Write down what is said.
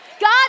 God